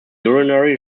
urinary